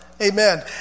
Amen